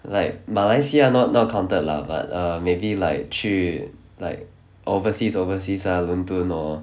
like 马来西亚 not not counted lah but err maybe like 去 like overseas overseas ah 伦敦 or